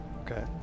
Okay